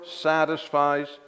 satisfies